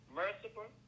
merciful